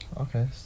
Okay